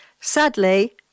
Sadly